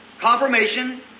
confirmation